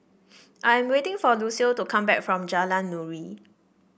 I am waiting for Lucio to come back from Jalan Nuri